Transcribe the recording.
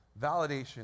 Validation